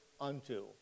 unto